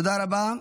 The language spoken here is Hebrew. תודה רבה.